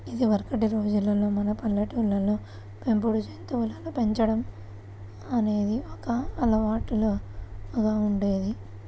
ఇదివరకటి రోజుల్లో మన పల్లెటూళ్ళల్లో పెంపుడు జంతువులను పెంచడం అనేది ఒక అలవాటులాగా ఉండేది